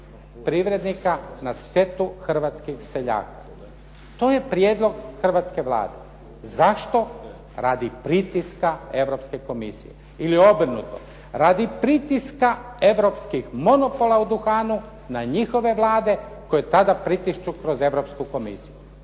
privrednika na štetu hrvatskih seljaka. To je prijedlog hrvatske Vlade. Zašto radi pritiska Europske komisije? Ili obrnuto. Radi pritiska europskih monopola u duhanu na njihove Vlade koje tada pritišću kroz Europsku komisiju.